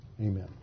Amen